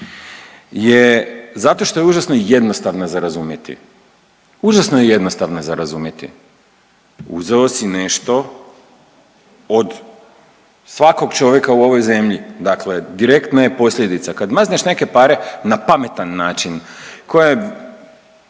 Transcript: je zato što je užasno jednostavna za razumjeti. Užasno je jednostavna za razumjeti. Uzeo si nešto od svakog čovjeka u ovoj zemlji, dakle direktna je posljedica. Kad mazneš neke pare na pametan način koje